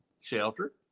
shelter